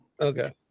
Okay